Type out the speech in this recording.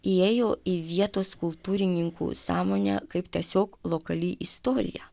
įėjo į vietos kultūrininkų sąmonę kaip tiesiog lokali istorija